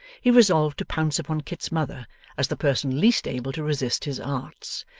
he resolved to pounce upon kit's mother as the person least able to resist his arts,